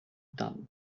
tam